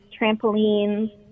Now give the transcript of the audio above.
trampolines